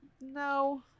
no